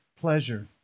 pleasure